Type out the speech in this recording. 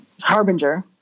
Harbinger